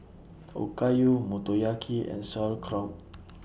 Okayu Motoyaki and Sauerkraut